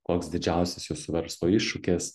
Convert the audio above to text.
koks didžiausias jūsų verslo iššūkis